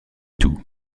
tout